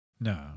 No